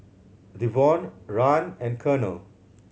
Devaughn Rahn and Colonel